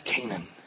Canaan